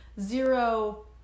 zero